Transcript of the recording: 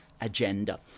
agenda